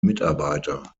mitarbeiter